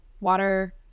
water